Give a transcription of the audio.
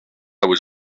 was